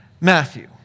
Matthew